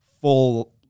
full